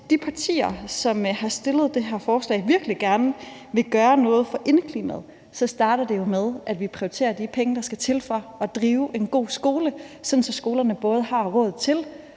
de partier, som har fremsat det her forslag, virkelig gerne vil gøre noget for indeklimaet, starter det jo med, at vi prioriterer de penge, der skal til for at drive en god skole, sådan at skolerne både har råd til